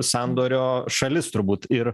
sandorio šalis turbūt ir